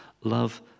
Love